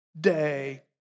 day